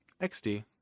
XD